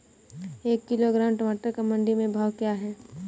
एक किलोग्राम टमाटर का मंडी में भाव क्या है?